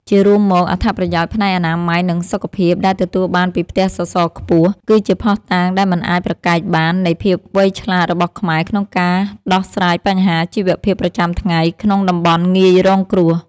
ជារួមមក អត្ថប្រយោជន៍ផ្នែកអនាម័យ និងសុខភាពដែលទទួលបានពីផ្ទះសសរខ្ពស់ គឺជាភស្តុតាងដែលមិនអាចប្រកែកបាននៃភាពវៃឆ្លាតរបស់ខ្មែរក្នុងការដោះស្រាយបញ្ហាជីវភាពប្រចាំថ្ងៃក្នុងតំបន់ងាយរងគ្រោះ។